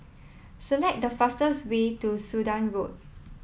select the fastest way to Sudan Road